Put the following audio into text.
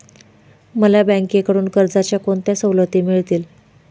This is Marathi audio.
मला बँकेकडून कर्जाच्या कोणत्या सवलती मिळतील?